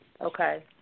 Okay